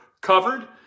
covered